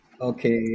okay